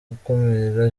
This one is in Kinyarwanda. gukumira